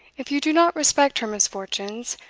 if you do not respect her misfortunes,